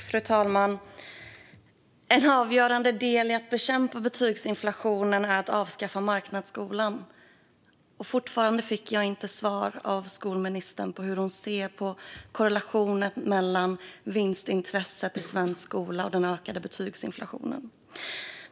Fru talman! En avgörande del i att bekämpa betygsinflationen är att avskaffa marknadsskolan. Jag fick inte svar av skolministern på hur hon ser på korrelationen mellan vinstintresset i svensk skola och den ökade betygsinflationen.